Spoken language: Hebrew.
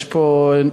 יש פה,